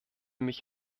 mich